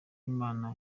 imana